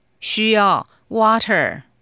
需要,water